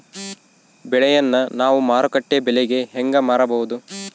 ಬೆಳೆಯನ್ನ ನಾವು ಮಾರುಕಟ್ಟೆ ಬೆಲೆಗೆ ಹೆಂಗೆ ಮಾರಬಹುದು?